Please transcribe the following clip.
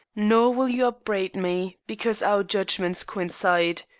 nor will you upbraid me because our judgments coincide.